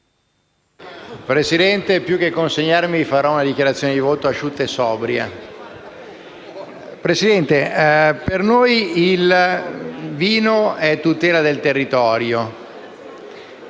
Presidente, più che consegnare il testo, farò una dichiarazione di voto asciutta e sobria. Signor Presidente, per noi il vino è tutela del territorio,